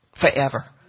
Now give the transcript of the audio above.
forever